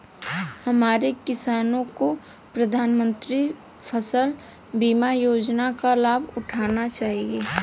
हमारे किसानों को प्रधानमंत्री फसल बीमा योजना का लाभ उठाना चाहिए